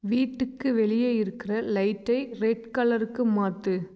வீட்டுக்கு வெளியே இருக்கிற லைட்டை ரெட் கலருக்கு மாற்று